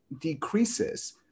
decreases